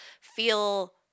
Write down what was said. feel